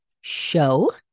show